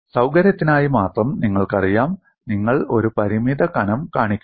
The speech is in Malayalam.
സൌകര്യത്തിനായി മാത്രം നിങ്ങൾക്കറിയാം നിങ്ങൾ ഒരു പരിമിത കനം കാണിക്കുന്നു